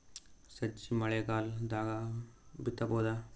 ಸಜ್ಜಿ ಮಳಿಗಾಲ್ ದಾಗ್ ಬಿತಬೋದ?